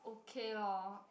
okay lor